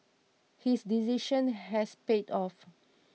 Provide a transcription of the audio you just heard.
his decision has paid off